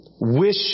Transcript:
wish